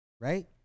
right